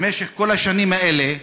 שלו במשך כל השנים האלה,